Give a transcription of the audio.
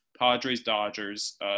Padres-Dodgers